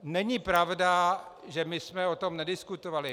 Není pravda, že my jsme o tom nediskutovali.